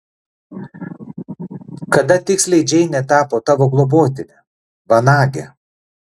kada tiksliai džeinė tapo tavo globotine vanage